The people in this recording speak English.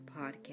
podcast